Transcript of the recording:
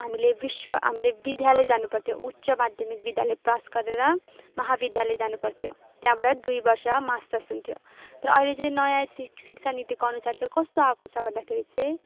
हामीले विश्व हामीले विद्यालय जानुपर्थ्यो उच्च माध्यमिक विद्यालय पास गरेर महाविद्यालय जानुपर्थ्यो त्यहाँबाट दुई वर्ष मास्टर्स हुन्थ्यो तर अहिले चाहिँ नयाँ शिक्षानीतिको अनुसार चाहिँ कस्तो आएको छ भन्दाखेरि चाहिँ